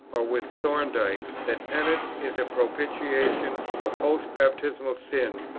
or with thorndike that penance is a propitiation for post-baptismal sin,